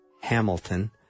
Hamilton